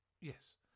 Yes